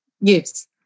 Yes